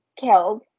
killed